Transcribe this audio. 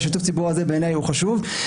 ושיתוף הציבור בזה בעיניי הוא חשוב.